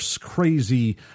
crazy